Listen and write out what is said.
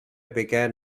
began